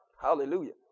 Hallelujah